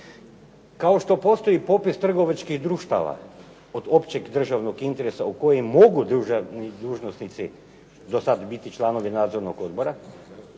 Kao što postoji popis trgovačkih društava od općeg državnog interesa u kojem mogu državni dužnosnici do sad biti članovi nadzornog odbora,